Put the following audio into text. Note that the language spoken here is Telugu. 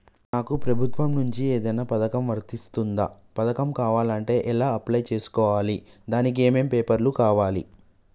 నాకు ప్రభుత్వం నుంచి ఏదైనా పథకం వర్తిస్తుందా? పథకం కావాలంటే ఎలా అప్లై చేసుకోవాలి? దానికి ఏమేం పేపర్లు కావాలి?